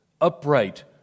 upright